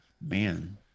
man